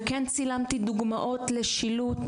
וכן צילמתי דוגמאות לשילוט,